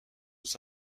aux